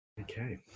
Okay